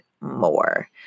more